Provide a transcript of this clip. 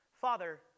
Father